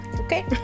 okay